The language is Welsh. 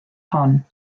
hon